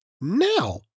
Now